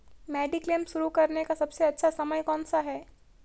Mediclaim शुरू करने का सबसे अच्छा समय कौनसा है?